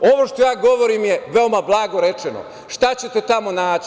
Ovo što ja govorim je veoma blago rečeno, šta ćete tamo naći.